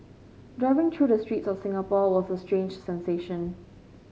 driving through the streets of Singapore was a strange sensation